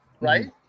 right